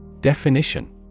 Definition